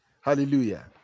hallelujah